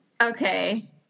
okay